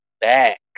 back